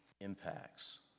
impacts